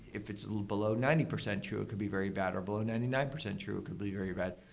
if it's below ninety percent true, it could be very bad or below ninety nine percent true, it could be very bad.